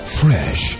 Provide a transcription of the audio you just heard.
fresh